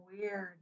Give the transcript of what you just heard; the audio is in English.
weird